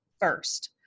first